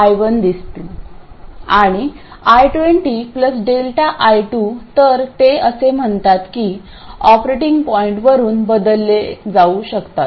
आणि I20 Δ I2 तर ते असे म्हणतात की ते ऑपरेटिंग पॉईंटवरुन बदलले जाऊ शकते